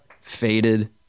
faded